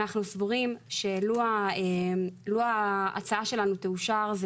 אנחנו סבורים שלו ההצעה שלנו תאושר זה